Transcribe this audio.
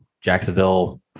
jacksonville